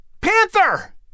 Panther